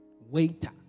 Waiter